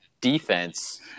defense